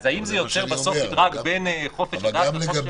אז האם זה יוצר בסוף מדרג בין חופש הדת לחופש